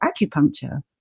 acupuncture